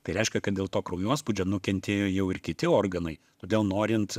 tai reiškia kad dėl to kraujospūdžio nukentėjo jau ir kiti organai todėl norint